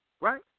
right